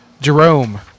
Jerome